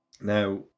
Now